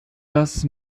dass